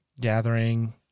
gathering